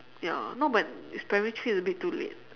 ya no but if primary three it's a bit too late